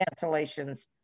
cancellations